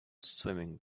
swimming